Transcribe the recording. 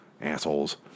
assholes